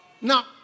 Now